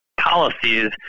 policies